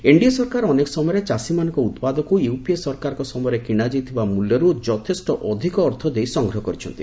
NDA ସରକାର ଅନେକ ସମୟରେ ଚାଷୀମାନଙ୍କ ଉତ୍ପାଦକୁ ୟୁପିଏ ସରକାରଙ୍କ ସମୟରେ କିଣାଯାଇଥିବା ମୂଲ୍ୟରୁ ଯଥେଷ୍ଟ ଅଧିକ ଅର୍ଥ ଦେଇ ସଂଗ୍ରହ କରିଛନ୍ତି